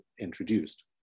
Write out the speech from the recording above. introduced